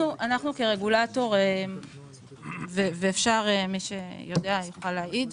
אנחנו כרגולטור, ומי שיודע יוכל להעיד,